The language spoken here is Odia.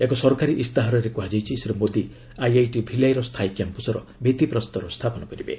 ଏ ସରକାରୀ ଇସ୍ତାହାରରେ କୁହାଯାଇଛି ଶ୍ରୀ ମୋଦି ଆଇଆଇଟି ଭିଲାଇର ସ୍ଥାୟୀ କ୍ୟାମ୍ପସର ଭିଭିପ୍ରସ୍ତର ସ୍ଥାପନ କରିବେ